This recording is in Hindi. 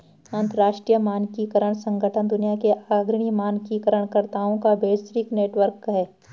अंतर्राष्ट्रीय मानकीकरण संगठन दुनिया के अग्रणी मानकीकरण कर्ताओं का वैश्विक नेटवर्क है